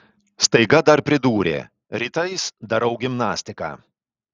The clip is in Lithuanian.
staiga dar pridūrė rytais darau gimnastiką